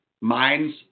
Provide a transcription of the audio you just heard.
mines